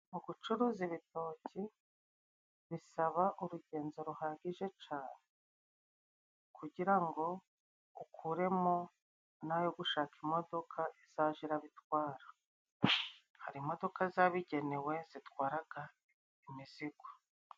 Mu gucuruza ibitoki bisaba urugenzo ruhagije cane, kugira ngo ukuremo nayo gushaka imodoka izaja irabitwara. Hari imodoka zabigenewe zitwaraga imizigo.